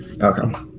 okay